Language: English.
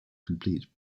complete